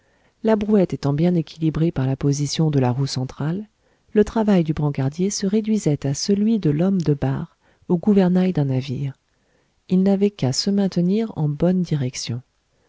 la brouette étant bien équilibrée par la position de la roue centrale le travail du brancardier se réduisait à celui de l'homme de barre au gouvernail d'un navire il n'avait qu'à se maintenir en bonne direction